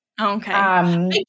okay